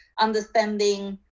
understanding